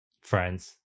friends